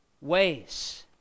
ways